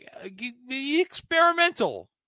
experimental